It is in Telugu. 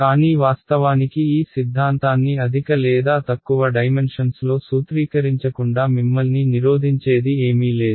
కానీ వాస్తవానికి ఈ సిద్ధాంతాన్ని అధిక లేదా తక్కువ డైమెన్షన్స్లో సూత్రీకరించకుండా మిమ్మల్ని నిరోధించేది ఏమీ లేదు